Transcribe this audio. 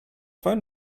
phone